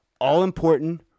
all-important